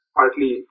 partly